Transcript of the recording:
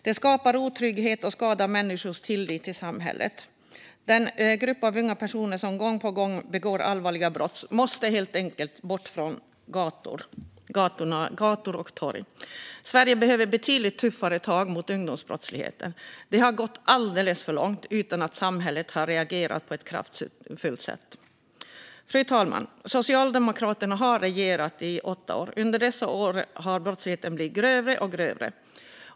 Det skapar otrygghet och skadar människors tillit till samhället. Den grupp av unga personer som gång på gång begår allvarliga brott måste bort från våra gator och torg. Sverige behöver betydligt tuffare tag mot ungdomsbrottsligheten. Det har gått alldeles för långt utan att samhället har reagerat på ett kraftfullt sätt. Fru talman! Socialdemokraterna har regerat i åtta år. Under dessa år har brottsligheten blivit grövre och grövre.